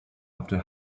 after